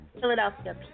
Philadelphia